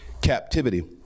captivity